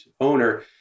owner